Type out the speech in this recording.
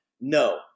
No